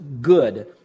good